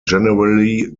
generally